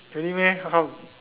really meh how come